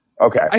Okay